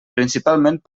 principalment